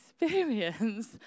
experience